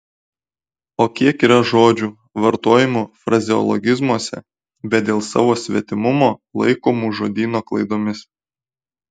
o kiek yra žodžių vartojamų frazeologizmuose bet dėl savo svetimumo laikomų žodyno klaidomis